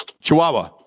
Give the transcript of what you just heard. Chihuahua